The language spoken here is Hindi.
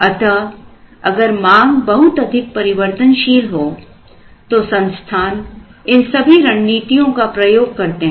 अतःअगर मांग बहुत अधिक परिवर्तनशील हो तो संस्थान इन सभी रणनीतियों का प्रयोग करते हैं